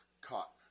caught